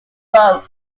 both